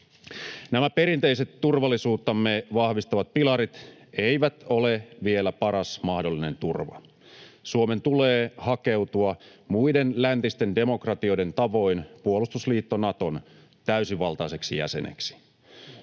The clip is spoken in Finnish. Nämä perinteiset turvallisuuttamme vahvistavat pilarit eivät ole vielä paras mahdollinen turva. Suomen tulee hakeutua muiden läntisten demokratioiden tavoin puolustusliitto Naton täysivaltaiseksi jäseneksi.